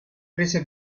prese